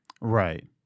Right